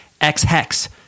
X-Hex